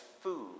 food